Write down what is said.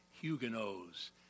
Huguenots